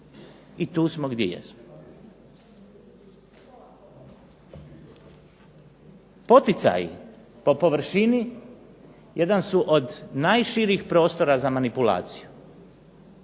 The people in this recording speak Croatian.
I tu smo gdje jesmo. Poticaji po površini jedan su od najširih prostora za manipulaciju.